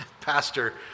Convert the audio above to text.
pastor